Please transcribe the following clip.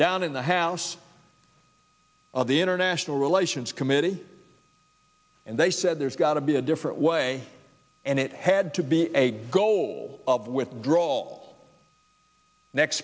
down in the house of the international relations committee and they said there's got to be a different way and it had to be a goal of withdraw